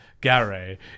Gary